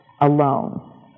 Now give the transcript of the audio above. alone